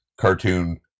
cartoon